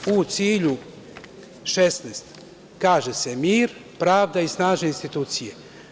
U cilju 16. kaže se – mir, pravda i snažne institucije.